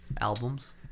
albums